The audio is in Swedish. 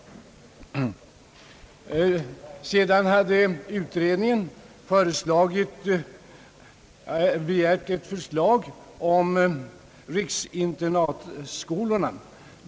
Vidare hade — det är den andra skönhetsfläcken — utredningen begärt ett förslag om riksinternatskolorna.